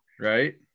right